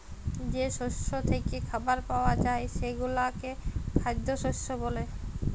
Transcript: যে শস্য থ্যাইকে খাবার পাউয়া যায় সেগলাকে খাইদ্য শস্য ব্যলে